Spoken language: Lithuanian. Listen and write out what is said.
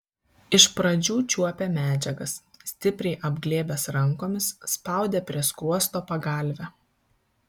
iš pradžių čiuopė medžiagas stipriai apglėbęs rankomis spaudė prie skruosto pagalvę